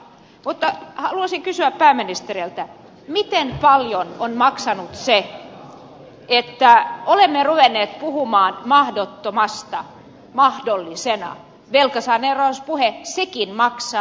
mutta haluaisin kysyä pääministeriltä miten paljon on maksanut se että olemme ruvenneet puhumaan mahdottomasta mahdollisena velkasaneerauspuheesta sekin maksaa